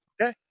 Okay